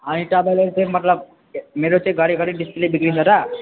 अनि तपाईँले चाहिँ मतलब मेरो चाहिँ घरी घरी डिसप्ले बिग्रिन्छ त